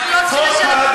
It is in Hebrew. אנחנו לא צריכים לשלם לו